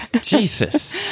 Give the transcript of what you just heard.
Jesus